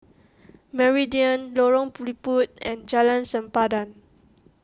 Meridian Lorong Liput and Jalan Sempadan